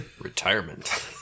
Retirement